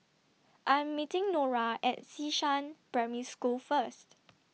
I Am meeting Norah At Xishan Primary School First